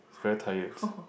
it's very tired